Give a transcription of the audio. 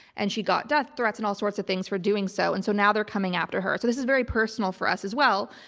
and she got death threats and all sorts of things for doing so. and so now they're coming after her. so this is very personal for us as well.